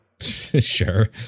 Sure